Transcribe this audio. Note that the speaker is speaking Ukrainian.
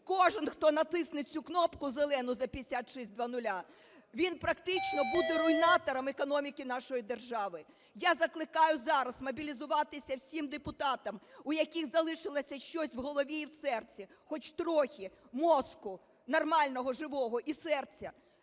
кожен хто натиснуть кнопку, зелену, за 5600, він практично буде руйнатором економіки нашої держави. Я закликаю зараз мобілізуватися всім депутатам, у яких залишилось щось в голові і в серці, хоч трохи мозку, нормального, живого, і серця,